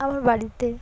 আমার বাড়িতে